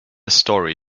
story